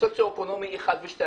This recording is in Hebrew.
שסוציו-אקונומי 1 ו-2,